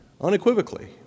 unequivocally